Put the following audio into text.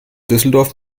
düsseldorf